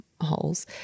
holes